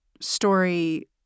story